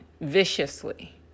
viciously